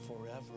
forever